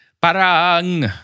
Parang